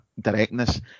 directness